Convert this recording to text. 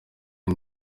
iyi